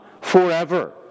Forever